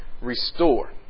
restore